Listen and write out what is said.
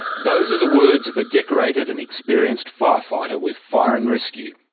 those are the words of a decorated and experienced fire fighter with fire and rescue.